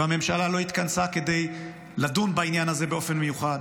והממשלה לא התכנסה כדי לדון בעניין הזה באופן מיוחד,